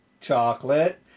chocolate